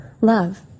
love